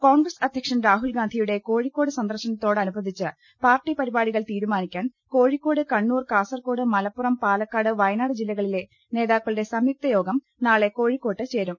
കോൺഗ്രസ് അധ്യക്ഷൻ രാഹുൽഗാന്ധിയുടെ കോഴിക്കോട് സന്ദർശനത്തോട് അനുബന്ധിച്ച് പാർട്ടി പരിപ്പാടികൾ തീരുമാ നിക്കാൻ കോഴിക്കോട് കണ്ണൂർ കാസർകോട് മല്പ്പുറം പാല ക്കാട് വയനാട് ജില്ലകളിലെ നേതാക്കളുടെ സംയുക്ത യോഗം നാളെ കോഴിക്കോട്ട് ചേരും